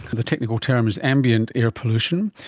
the technical term is ambient air pollution.